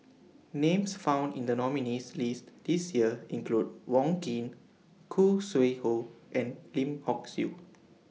Names found in The nominees' list This Year include Wong Keen Khoo Sui Hoe and Lim Hock Siew